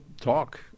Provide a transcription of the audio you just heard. talk